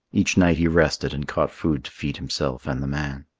each night he rested and caught food to feed himself and the man.